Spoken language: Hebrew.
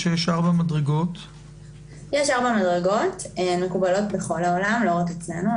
יש ארבע מדרגות מקובלות בכל העולם לא רק אצלנו.